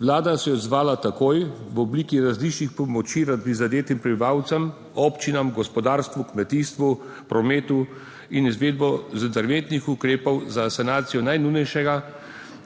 Vlada se je odzvala takoj v obliki različnih pomoči prizadetim prebivalcem, občinam, gospodarstvu, kmetijstvu, prometu in izvedbo interventnih ukrepov za sanacijo najnujnejšega,